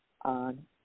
on